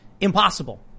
impossible